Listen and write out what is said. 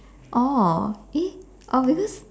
oh eh oh because